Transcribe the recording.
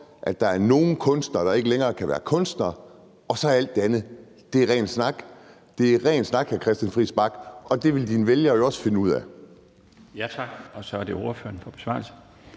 at der er nogle kunstnere, der ikke længere kan være kunstnere, og så er alt det andet rent snak. Det er rent snak, hr. Christian Friis Bach, og det vil dine vælgere jo også finde ud af. Kl. 20:54 Den fg. formand (Bjarne